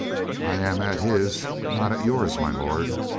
i am at his, but not at yours, my lord.